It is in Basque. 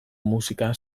musika